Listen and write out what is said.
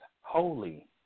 holy